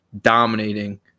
dominating